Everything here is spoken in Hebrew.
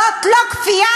זאת לא כפייה?